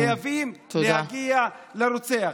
חייבים להגיע לרוצח.